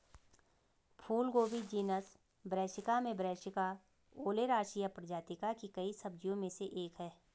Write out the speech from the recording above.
फूलगोभी genus Brassica में Brassica oleracea प्रजाति की कई सब्जियों में से एक है